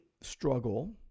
struggle